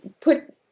put